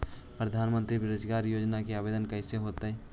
प्रधानमंत्री बेरोजगार योजना के आवेदन कैसे होतै?